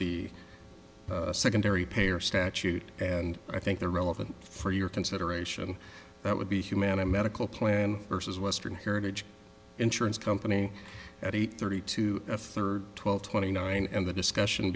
the secondary payer statute and i think the relevant for your consideration that would be humana medical plan versus western heritage insurance company at eight thirty two a third twelve twenty nine and the discussion